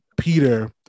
Peter